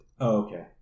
Okay